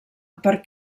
per